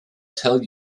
tell